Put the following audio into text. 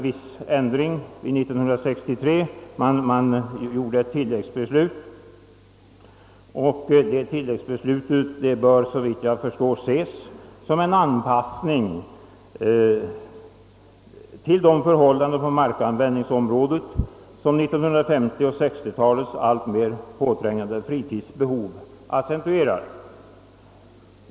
1963 antog emellertid riksdagen ett tillägg till dessa regler, vilket bör ses som en anpassning till de förhållanden som 1950 och 1960-talets alltmer påträngande fritidsbehov accentuerat.